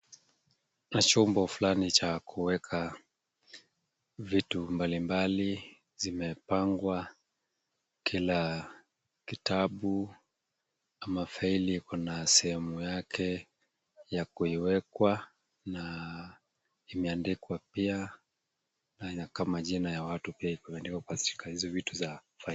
Ni chombo fulani cha kuweka vitu mbalimbali, zimepangwa kila kitabu ama faili iko na sehemu yake ya kuiwekwa na imeandikwa pia majina ya watu pia yameandikwa katika hizi vitu za faili.